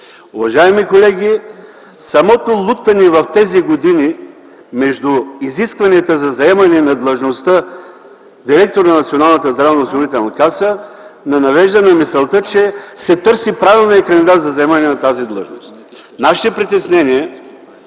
Уважаеми колеги, самото лутане в тези години между изискванията за заемане на длъжността директор на НЗОК ни навежда на мисълта, че се търси правилният кандидат за заемане на тази длъжност. Нашите притеснения,